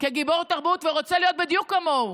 כגיבור תרבות, ורוצה להיות בדיוק כמוהו,